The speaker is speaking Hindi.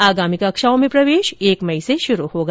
आगामी कक्षाओं में प्रवेश एक मई से शुरू होगा